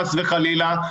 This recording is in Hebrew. חס וחלילה,